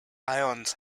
ions